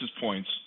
points